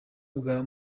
bwa